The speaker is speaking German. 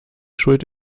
schuld